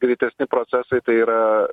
greitesni procesai tai yra